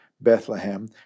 Bethlehem